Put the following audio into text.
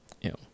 Ew